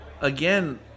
again